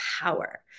power